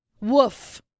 woof